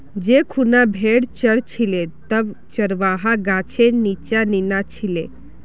जै खूना भेड़ च र छिले तब चरवाहा गाछेर नीच्चा नीना छिले